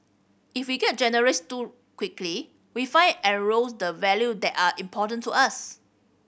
if we get generous too quickly we find erodes the values that are important to us